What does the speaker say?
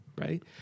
right